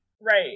Right